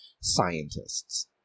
scientists